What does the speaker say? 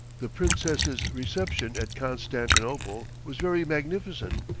the princess's reception at constantinople was very magnificent,